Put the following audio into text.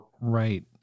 Right